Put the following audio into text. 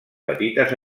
petites